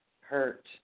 hurt